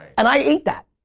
and i ate that.